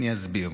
אני אסביר: